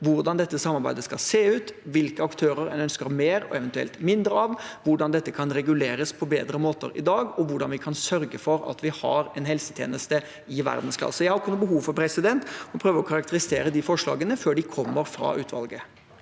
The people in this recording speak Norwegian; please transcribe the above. hvordan dette samarbeidet skal se ut, hvilke aktører en ønsker mer og eventuelt mindre av, hvordan dette kan reguleres på bedre måter enn i dag, og hvordan vi kan sørge for at vi har en helsetjeneste i verdensklasse. Jeg har ikke noe behov for å prøve å karakterisere de forslagene før de kommer fra utvalget.